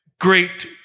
great